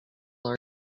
are